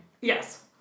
Yes